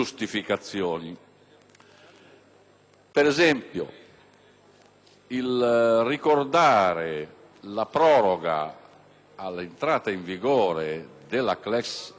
Per esempio, ricordare la proroga dell'entrata in vigore della *class action*